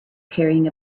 carrying